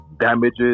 damages